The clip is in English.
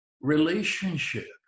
relationship